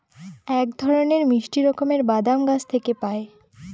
এক ধরনের মিষ্টি রকমের বাদাম গাছ থেকে পায়